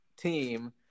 team